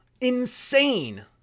Insane